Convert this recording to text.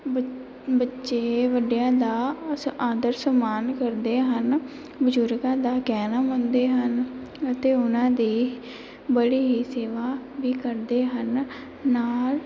ਬ ਬੱਚੇ ਵੱਡਿਆਂ ਦਾ ਅ ਆਦਰ ਸਨਮਾਨ ਕਰਦੇ ਹਨ ਬਜ਼ੁਰਗਾਂ ਦਾ ਕਹਿਣਾ ਮੰਨਦੇ ਹਨ ਅਤੇ ਉਹਨਾਂ ਦੀ ਬੜੀ ਹੀ ਸੇਵਾ ਵੀ ਕਰਦੇ ਹਨ ਨਾਲ